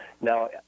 Now